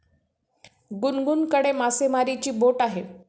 गुनगुनकडे मासेमारीची बोट आहे